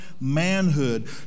manhood